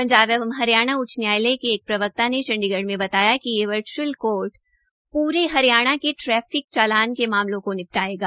पंजाब एवं हरियाणा उच्च न्यायालय के एक प्रवक्ता ने चंडीगढ़ में बताया कि यह वर्घ्अल कोर्ट पूरे हरियाणा के ट्रैफिक चालान के मामलों को निपटायेगा